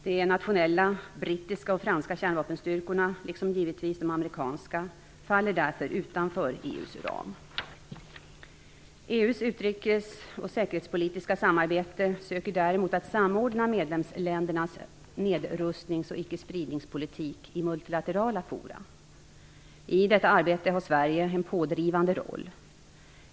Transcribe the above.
De nationella brittiska och franska kärnvapenstyrkorna, liksom givetvis de amerikanska, faller därför utanför EU:s ram. EU:s utrikes och säkerhetspolitiska samarbete söker däremot att samordna medlemsländernas nedrustnings och icke-spridningspolitik i multilaterala fora. I detta arbete har Sverige en pådrivande roll.